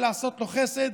ולעשות לו חסד.